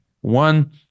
one